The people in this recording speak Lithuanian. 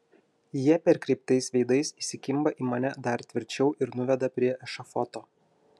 jie perkreiptais veidais įsikimba į mane dar tvirčiau ir nuveda prie ešafoto